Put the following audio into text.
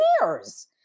years